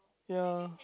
ya